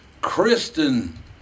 Kristen